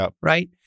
right